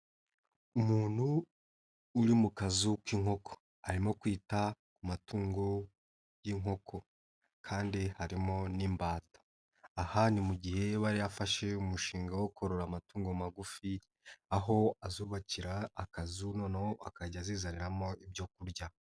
Umuntu uri mu kazu k'inkoko, arimo kwita ku matungo y'inkoko kandi harimo n'imbata, ah ni mu gihe aba yarafashe umushinga wo korora amatungo magufi aho azubakira akazu noneho akajya azizaniramo ibyo kurya.